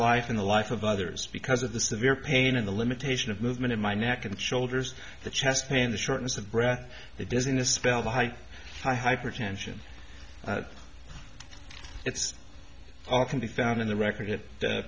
life in the life of others because of the severe pain in the limitation of movement in my neck and shoulders the chest pain the shortness of breath the business spell the hike hypertension it's all can be found in the record